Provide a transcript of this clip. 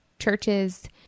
churches